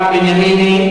רם בנימיני,